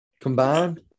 combined